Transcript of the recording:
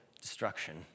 destruction